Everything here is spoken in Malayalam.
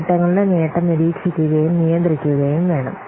നേട്ടങ്ങളുടെ നേട്ടം നിരീക്ഷിക്കുകയും നിയന്ത്രിക്കുകയും വേണം